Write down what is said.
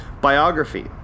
biography